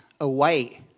away